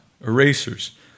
erasers